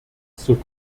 zur